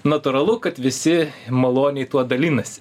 natūralu kad visi maloniai tuo dalinasi